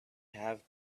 have